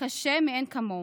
קשה מאין כמוהו.